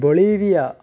bolivia